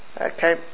Okay